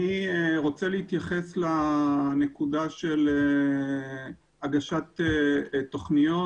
אני רוצה להתייחס לנקודה של הגשת תוכניות.